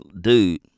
dude